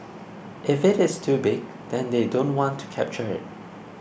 if it is too big then they don't want to capture it